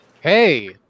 Hey